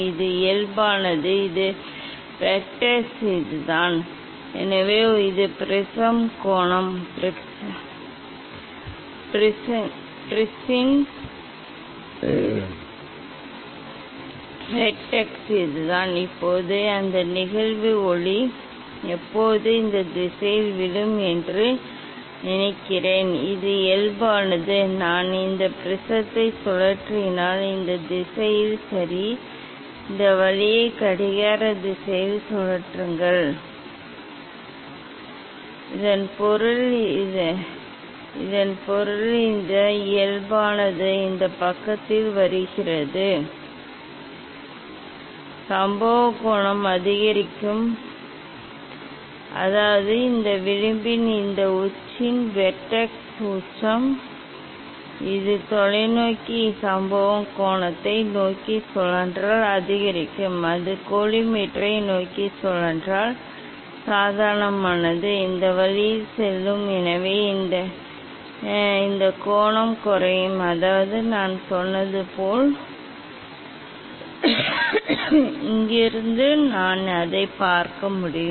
இது இயல்பானது இந்த வெர்டெக்ஸ் இதுதான் எனவே இது ப்ரிஸம் கோணம் ப்ரிஸின் வெர்டெக்ஸ் இதுதான் இப்போது அந்த நிகழ்வு ஒளி எப்போதும் இந்த திசையில் விழும் என்று நினைக்கிறேன் இது இயல்பானது நான் இந்த ப்ரிஸத்தை சுழற்றினால் இந்த திசையில் சரி இந்த வழியை கடிகார திசையில் சுழற்றுங்கள் சரி இந்த கடிகார திசையில் இதன் பொருள் இந்த இயல்பானது இந்த பக்கத்தில் வருகிறது சம்பவம் கோணம் அதிகரிக்கும் அதாவது இந்த விளிம்பின் இந்த உச்சி வெர்டெக்ஸ் உச்சம் இது தொலைநோக்கி சம்பவம் கோணத்தை நோக்கி சுழன்றால் அதிகரிக்கும் அது கோலிமேட்டரை நோக்கி சுழன்றால் சாதாரணமானது இந்த வழியில் செல்லும் எனவே இந்த கோணம் குறையும் அதாவது நான் சொன்னது போல் கோண நிகழ்வு கோணம் அதிகரிக்கும் போது நீங்கள் குறைவான வேறுபாட்டைப் பெறுவீர்கள் அது கோணம் குறையும் போது அது மேலும் வேறுபடும் இங்கிருந்து நான் அதைப் பார்க்க முடியும்